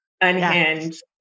unhinged